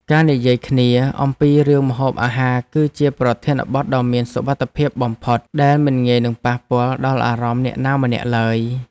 ការនិយាយគ្នាអំពីរឿងម្ហូបអាហារគឺជាប្រធានបទដ៏មានសុវត្ថិភាពបំផុតដែលមិនងាយនឹងប៉ះពាល់ដល់អារម្មណ៍អ្នកណាម្នាក់ឡើយ។